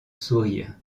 sourire